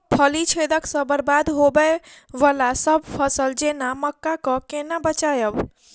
फली छेदक सँ बरबाद होबय वलासभ फसल जेना मक्का कऽ केना बचयब?